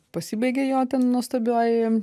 pasibaigė jo ten nuostabioji